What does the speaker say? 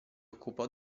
occupò